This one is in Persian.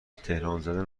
تهرانزده